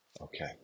Okay